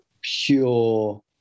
pure